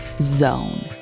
.zone